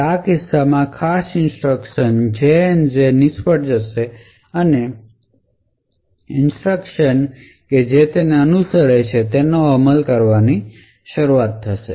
હવે આવા કિસ્સામાં આ ખાસ ઇન્સટ્રકશન 0 ના હોય તો લેબલ પરનો જંપ નિષ્ફળ જશે અને ઇન્સટ્રકશન જે તેને અનુસરે છે તેનો અમલ કરવાની જરૂર છે